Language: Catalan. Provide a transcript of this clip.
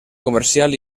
comercial